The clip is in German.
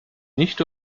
nicht